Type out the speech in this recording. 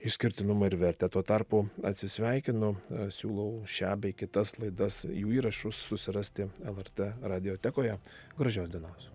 išskirtinumą ir vertę tuo tarpu atsisveikinu siūlau šią bei kitas laidas jų įrašus susirasti lrt radiotekoje gražios dienos